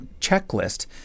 checklist